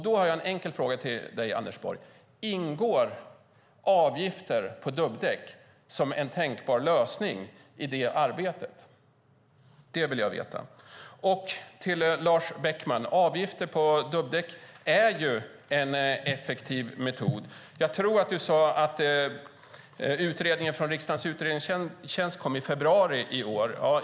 Då har jag en enkel fråga till dig, Anders Borg: Ingår avgifter på dubbdäck som en tänkbar lösning i det arbetet? Det vill jag veta. Och till Lars Beckman vill jag säga att avgifter på dubbdäck är en effektiv metod. Jag tror att du sade att utredningen från riksdagens utredningstjänst kom i februari i år.